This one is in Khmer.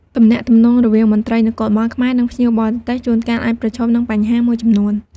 ទំនាក់ទំនងរវាងមន្ត្រីនគរបាលខ្មែរ និងភ្ញៀវបរទេស ជួនកាលអាចប្រឈមនឹងបញ្ហាមួយចំនួន។